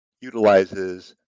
utilizes